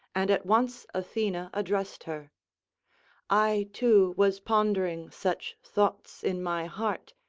and at once athena addressed her i too was pondering such thoughts in my heart,